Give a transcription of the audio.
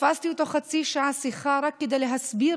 תפסתי אותו חצי שעה לשיחה רק כדי להסביר